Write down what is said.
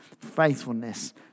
faithfulness